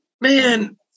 man